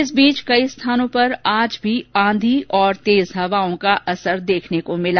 इसी बीच कई स्थानों पर आज भी आंधी और तेज हवाओं का असर देखने को मिला